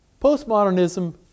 Postmodernism